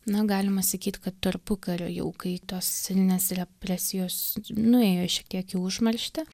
na galima sakyt kad tarpukariu jau kai tos senės represijos nuėjo šiek tiek į užmarštį